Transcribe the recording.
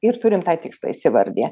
ir turim tą tikslą įsivardiję